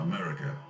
America